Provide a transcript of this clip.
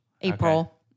April